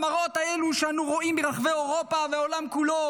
המראות האלה שאנו רואים ברחבי אירופה והעולם כולו,